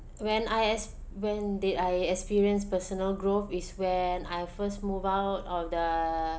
when I ex~ when did I experience personal growth is when I first move out of the